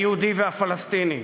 היהודי והפלסטיני.